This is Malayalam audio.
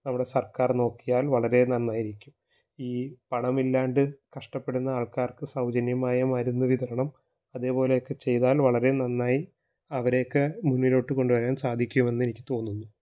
നമ്മുടെ സര്ക്കാര് നോക്കിയാല് വളരെ നന്നായിരിക്കും ഈ പണമില്ലാണ്ട് കഷ്ടപ്പെടുന്ന ആള്ക്കാര്ക്ക് സൗജന്യമായ മരുന്നുവിതരണം അതേപോലെയൊക്കെ ചെയ്താല് വളരെ നന്നായി അവരെയൊക്കെ മുന്നിലോട്ട് കൊണ്ടുവരാന് സാധിക്കുമെന്നെനിക്ക് തോന്നുന്നു